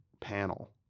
panel